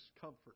comfort